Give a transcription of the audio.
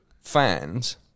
fans